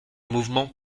mouvement